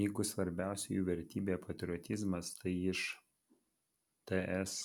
jeigu svarbiausia jų vertybė patriotizmas tai iš ts